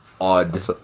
odd